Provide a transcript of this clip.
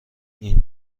این